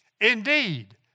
indeed